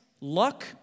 luck